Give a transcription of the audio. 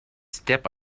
step